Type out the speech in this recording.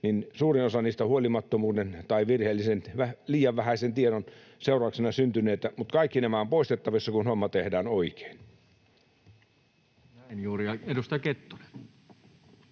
suurin osa niistä on huolimattomuuden tai virheellisen, liian vähäisen tiedon seurauksena syntyneitä, mutta kaikki nämä ovat poistettavissa, kun homma tehdään oikein. [Speech 118] Speaker: Toinen